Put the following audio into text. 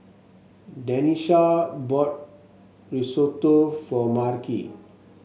Denisha bought Risotto for Marci